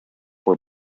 were